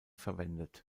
verwendet